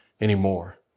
anymore